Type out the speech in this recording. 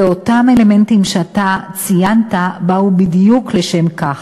ואותם אלמנטים שאתה ציינת באו בדיוק לשם כך,